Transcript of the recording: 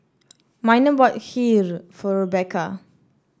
Miner bought Kheer for Rebekah